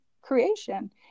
creation